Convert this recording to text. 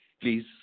please